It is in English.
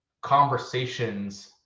conversations